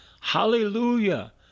Hallelujah